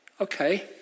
okay